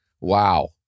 Wow